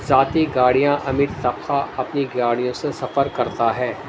ذاتی گاڑیاں امیر طبقہ اپنی گاڑیوں سے سفر کرتا ہے